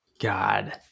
God